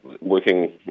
working